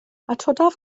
atodaf